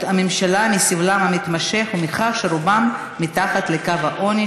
הממשלה מסבלם המתמשך ומכך שרובם מתחת לקו העוני,